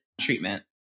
treatment